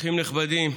אורחים נכבדים,